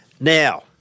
Now